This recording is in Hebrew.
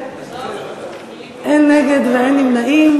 אין נגד ואין נמנעים.